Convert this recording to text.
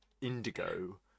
Indigo